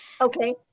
Okay